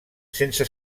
sense